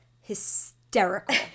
hysterical